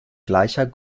gleicher